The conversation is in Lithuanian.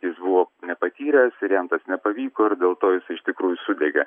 jis buvo nepatyręs ir jam tas nepavyko ir dėl to jis iš tikrųjų sudegė